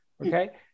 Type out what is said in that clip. okay